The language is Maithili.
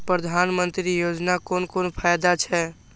प्रधानमंत्री योजना कोन कोन फायदा छै?